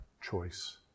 choice